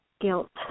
guilt